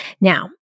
Now